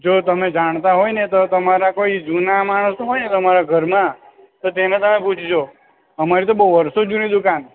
જો તમે જાણતા હોય ને તો તમારા કોઈ જૂના માણસો હોયને તમારા ઘરમાં તો તેને તમે પૂછજો અમારી તો બહુ વર્ષો જૂની દુકાન